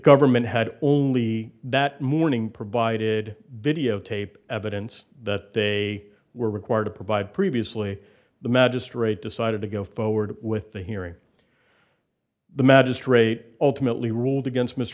government had only that morning provided videotape evidence that they were required to provide previously the magistrate decided to go forward with the hearing the magistrate ultimately ruled against m